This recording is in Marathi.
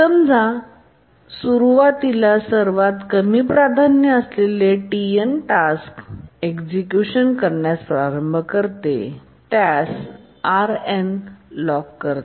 समजा सुरुवातीला सर्वात कमी प्राधान्य असलेले Tn टास्क एक्सिक्युशन करण्यास प्रारंभ करते आणि त्यास Rn लॉक करते